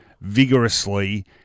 vigorously